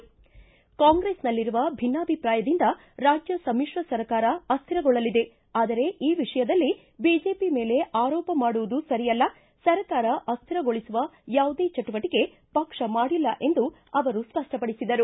ಕಾಂಗ್ರೆಸ್ನಲ್ಲಿರುವ ಭಿನ್ನಾಭಿಪ್ರಾಯದಿಂದ ರಾಜ್ಞ ಸಮಿತ್ರ ಸರ್ಕಾರ ಅಸ್ಟಿರಗೊಳ್ಳಲಿದೆ ಆದರೆ ಈ ವಿಷಯದಲ್ಲಿ ಬಿಜೆಪಿ ಮೇಲೆ ಆರೋಪ ಮಾಡುವುದು ಸರಿಯಲ್ಲ ಸರ್ಕಾರ ಅಸ್ಟಿರಗೊಳಿಸುವ ಯಾವುದೇ ಚಟುವಟಿಕೆ ಪಕ್ಷ ಮಾಡಿಲ್ಲ ಎಂದು ಆರು ಸ್ವಪ್ಪಪಡಿಸಿದರು